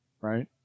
right